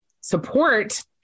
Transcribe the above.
support